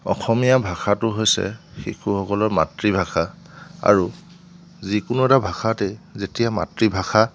অসমীয়া ভাষাটো হৈছে শিশুসকলৰ মাতৃভাষা আৰু যিকোনো এটা ভাষাতেই যেতিয়া মাতৃভাষা